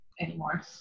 anymore